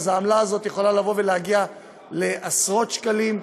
העמלה הזאת יכולה להגיע לעשרות שקלים.